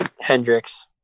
Hendrix